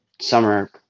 summer